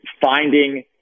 finding